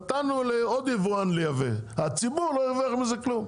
נתנו לעוד יבואן לייבא בלי שהציבור הרוויח מזה כלום.